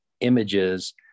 images